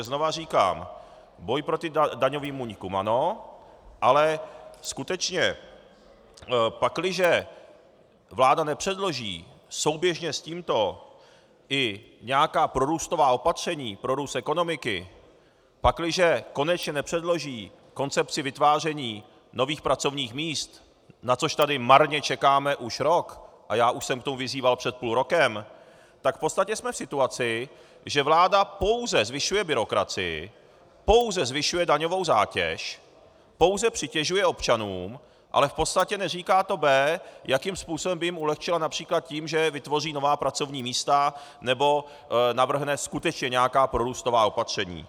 Znovu říkám, boj proti daňovým únikům ano, ale skutečně pakliže vláda nepředloží souběžně s tímto i nějaká prorůstová opatření pro růst ekonomiky, pakliže konečně nepředloží koncepci vytváření nových pracovních míst, na což tady marně čekáme už rok, a já už jsem k tomu vyzýval před půl rokem, tak jsme v podstatě v situaci, že vláda pouze zvyšuje byrokracii, pouze zvyšuje daňovou zátěž, pouze přitěžuje občanům, ale v podstatě neříká to B, jakým způsobem by jim ulehčila například tím, že vytvoří nová pracovní místa nebo navrhne skutečně nějaká prorůstová opatření.